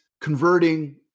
converting